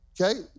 okay